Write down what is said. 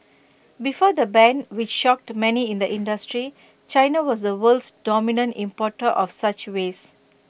before the ban which shocked many in the industry China was the world's dominant importer of such waste